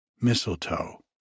mistletoe